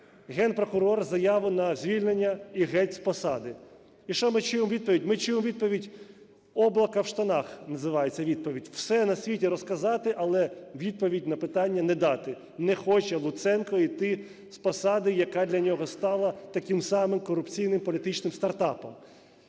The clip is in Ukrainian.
Генпрокурор – заяву на звільнення і геть з посади. І що ми чуємо у відповідь? Ми чуємо у відповідь… "Облако в штанах" називається відповідь – все на світі розказати, але відповідь на питання не дати. Не хоче Луценко іти з посади, яка для нього стала таким самим корупційним політичним стартапом.